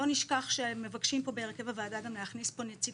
לא נשכח שמבקשים פה בהרכב הוועדה גם להכניס פה נציג